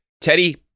Teddy